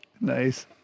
Nice